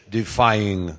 defying